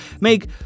make